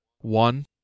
one